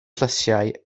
llysiau